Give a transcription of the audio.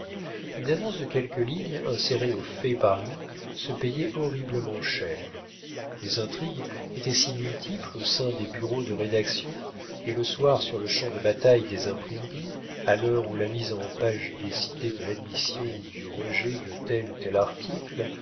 une annonce de quelques lignes insérée aux faits paris se payait horriblement cher les intrigues étaient si multipliées au sein des bureaux de rédaction et le soir sur le champ de bataille des imprimeries à l'heure où la mise en page décidait de l'admission ou du rejet de tel ou tel article